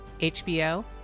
HBO